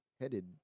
headed